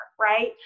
right